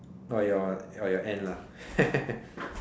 or your or your end lah